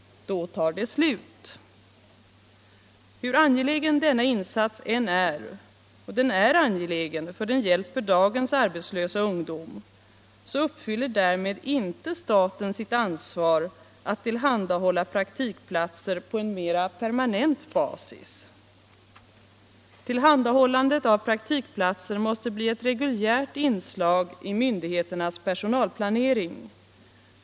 Då tar de slut! Hur angelägen denna insats än är — och den är angelägen, för den hjälper dagens arbetslösa ungdom — så uppfyller staten därmed inte sitt ansvar att tillhandahålla praktikplatser på en mera permanent basis. Tillhandahållandet av praktikplatser måste bli ett reguljärt inslag i myndigheternas personalplanering.